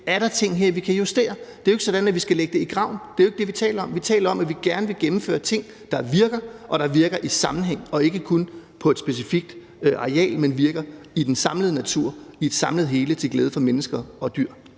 er der ting her, vi kan justere? Det er jo ikke sådan, at vi skal lægge det i graven. Det er jo ikke det, vi taler om. Vi taler om, at vi gerne vil gennemføre ting, der virker, og der virker i sammenhæng og ikke kun på et specifikt areal, men virker i den samlede natur i et samlet hele til glæde for mennesker og dyr.